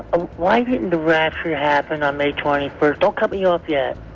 why didn't the rapture happen on may twenty first? don't cut me off yet.